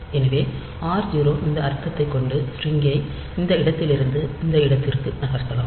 எனவே r0 இந்த அர்த்தத்தை கொண்டு ஸ்டிரிங் ஐ இந்த இடத்திலிருந்து இந்த இடத்திற்கு நகர்த்தலாம்